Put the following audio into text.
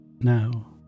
now